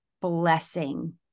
blessing